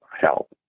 help